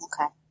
okay